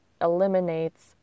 eliminates